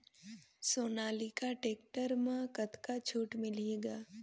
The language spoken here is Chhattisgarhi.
सोनालिका टेक्टर म कतका छूट मिलही ग?